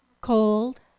Cold